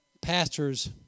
pastors